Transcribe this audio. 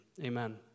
Amen